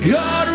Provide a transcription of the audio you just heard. God